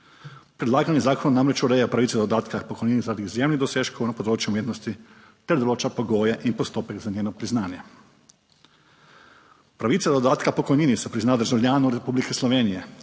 Predlagani zakon namreč ureja pravico do dodatka k pokojnin zaradi izjemnih dosežkov na področju umetnosti ter določa pogoje in postopek za njeno priznanje. Pravica do dodatka k pokojnini se prizna državljanom Republike Slovenije,